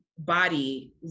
body